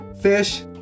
fish